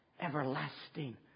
Everlasting